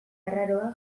arraroa